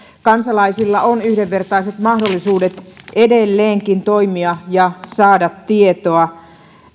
kansalaisilla on yhdenvertaiset mahdollisuudet edelleenkin toimia ja saada tietoa